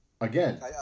Again